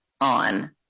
on